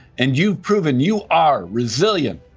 and you've proven you are resilient,